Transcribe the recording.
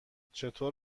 چطور